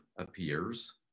appears